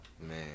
man